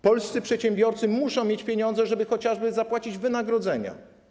Polscy przedsiębiorcy muszą mieć pieniądze, żeby chociażby wypłacać wynagrodzenia.